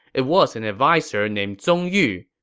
it was an adviser named zong yu.